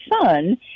son